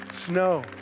snow